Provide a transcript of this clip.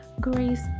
Grace